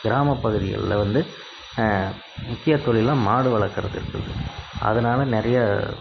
கிராமப் பகுதிகளில் வந்து முக்கியத் தொழிலாக மாடு வளர்க்குறது இருக்குது அதனால நிறைய